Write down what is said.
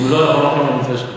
הוא לא, מלח באותה תקופה